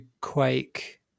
Quake